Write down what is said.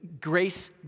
grace